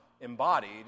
embodied